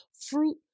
fruit